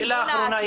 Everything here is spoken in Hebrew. אז שאלה אחרונה,